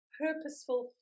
purposeful